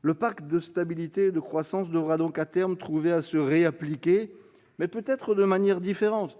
Le pacte de stabilité et de croissance devra donc à terme trouver à s'appliquer de nouveau, mais peut-être de manière différente,